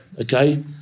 okay